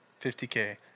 50k